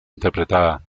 interpretada